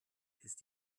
ist